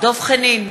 דב חנין,